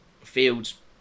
Fields